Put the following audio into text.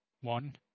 one